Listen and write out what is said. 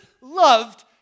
loved